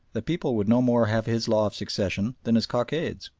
the people would no more have his law of succession than his cockades.